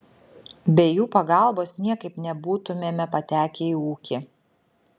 be jų pagalbos niekaip nebūtumėme patekę į ūkį